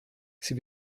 sie